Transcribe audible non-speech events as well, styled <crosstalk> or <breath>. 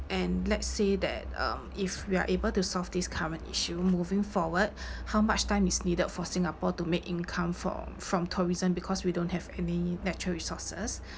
and let's say that um if we are able to solve this current issue moving forward <breath> how much time is needed for singapore to make income from from tourism because we don't have any natural resources